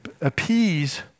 appease